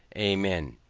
amen.